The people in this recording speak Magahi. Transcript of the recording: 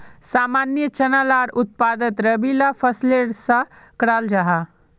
सामान्य चना लार उत्पादन रबी ला फसलेर सा कराल जाहा